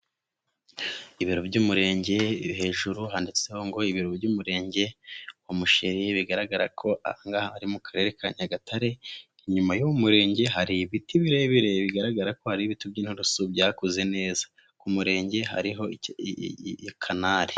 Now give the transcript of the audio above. Ibiro by'umurenge hejuru handitseho ngo ibiro by'umurenge wa Musheri bigaragara ko aha ngaha ari mu karere ka Nyagatare, inyuma y'uwo murenge hari ibiti birebire bigaragara ko ari ibiti by'inurusu byakuze neza. ku murenge hariho ikanari.